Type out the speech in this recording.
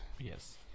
Yes